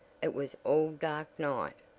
it was all dark night!